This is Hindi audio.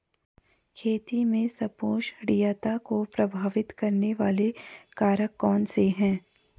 खेती में संपोषणीयता को प्रभावित करने वाले कारक कौन से हैं?